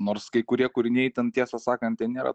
nors kai kurie kūriniai ten tiesą sakant ten nėra